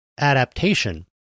adaptation